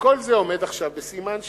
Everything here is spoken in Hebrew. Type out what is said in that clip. וכל זה עומד עכשיו בסימן שאלה.